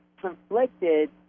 conflicted